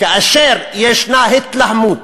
כאשר יש התלהמות,